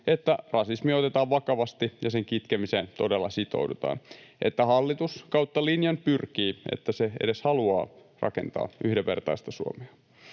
että rasismi otetaan vakavasti ja sen kitkemiseen todella sitoudutaan, että hallitus kautta linjan pyrkii rakentamaan, että se edes haluaa rakentaa yhdenvertaista Suomea.